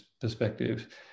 perspective